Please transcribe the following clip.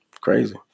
Crazy